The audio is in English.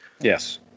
Yes